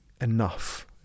enough